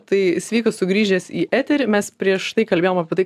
tai sveikas sugrįžęs į eterį mes prieš tai kalbėjom apie tai